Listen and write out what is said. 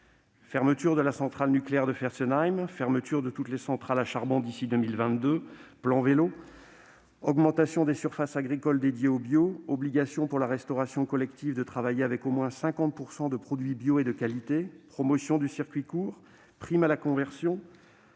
Fermeture de la centrale nucléaire de Fessenheim, fermeture de toutes les centrales à charbon d'ici à 2022, plan vélo, augmentation des surfaces agricoles dédiées au bio, obligation pour la restauration collective de travailler avec au moins 50 % de produits bio et de qualité, promotion du circuit court, prime à la conversion,